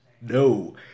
No